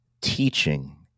teaching